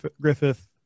Griffith